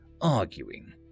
arguing